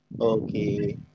Okay